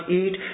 eat